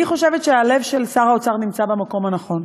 אני חושבת שהלב של שר האוצר נמצא במקום הנכון.